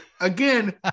Again